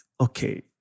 okay